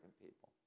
people